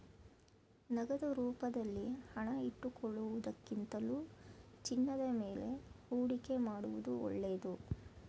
ನಗದು ರೂಪದಲ್ಲಿ ಹಣ ಇಟ್ಟುಕೊಳ್ಳುವುದಕ್ಕಿಂತಲೂ ಚಿನ್ನದ ಮೇಲೆ ಹೂಡಿಕೆ ಮಾಡುವುದು ಒಳ್ಳೆದು